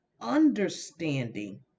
understanding